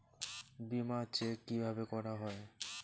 বিমা চেক কিভাবে করা হয়?